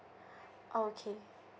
okay